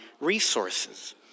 resources